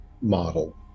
model